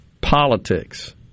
politics